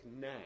now